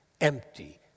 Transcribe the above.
empty